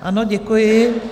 Ano, děkuji.